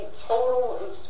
total